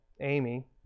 Amy